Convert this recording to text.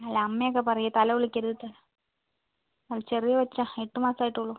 അല്ല അമ്മയൊക്കെ പറയും തല കുളിക്കരുത് തല ചെറിയ കൊച്ചാണ് എട്ട് മാസമായിട്ടൊള്ളു